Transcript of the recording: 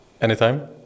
Anytime